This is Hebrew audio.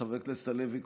חבר הכנסת הלוי,